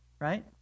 Right